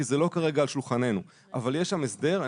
כרגע זה לא על שולחננו אבל יש שם הסדר.